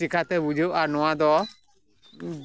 ᱪᱮᱠᱟ ᱛᱮ ᱵᱩᱡᱷᱟᱹᱣᱟ ᱱᱚᱣᱟ ᱫᱚ